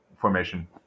formation